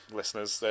listeners